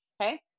okay